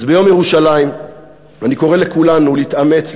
אז ביום ירושלים אני קורא לכולנו להתאמץ,